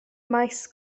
maes